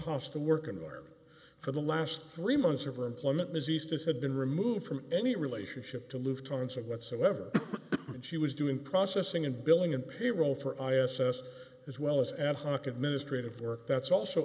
hostile work environment for the last three months of her employment diseased as had been removed from any relationship to live tons of whatsoever and she was doing processing and billing and payroll for i assess as well as ad hoc administrative work that's also